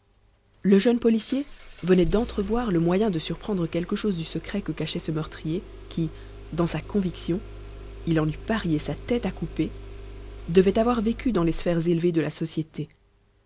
le jeune policier venait d'entrevoir le moyen de surprendre quelque chose du secret que cachait ce meurtrier qui dans sa conviction il en eût parié sa tête à couper devait avoir vécu dans les sphères élevées de la société